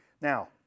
Now